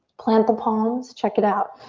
plant the palms, check it out.